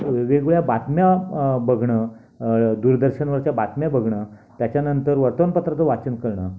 वेगवेगळ्या बातम्या बघणं दूरदर्शनवरच्या बातम्या बघणं त्याच्यानंतर वर्तमानपत्राचं वाचन करणं